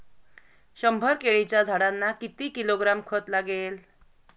शंभर केळीच्या झाडांना किती किलोग्रॅम खत लागेल?